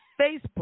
Facebook